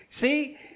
See